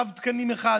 תו תקן אחד,